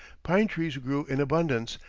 pine-trees grew in abundance,